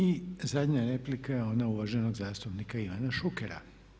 I zadnja replika je ona uvaženog zastupnika Ivana Šukera.